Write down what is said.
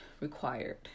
required